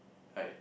like